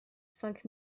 cinq